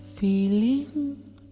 Feeling